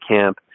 camp